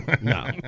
no